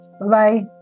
Bye-bye